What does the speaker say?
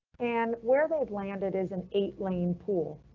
and where they've landed is an eight lane pool.